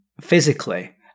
Physically